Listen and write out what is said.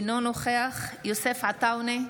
אינו נוכח יוסף עטאונה,